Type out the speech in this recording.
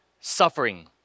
suffering